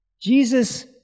Jesus